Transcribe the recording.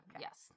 yes